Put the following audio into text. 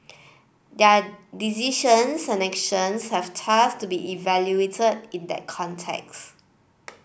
their decisions and actions have thus to be evaluated in that context